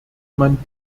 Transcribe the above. man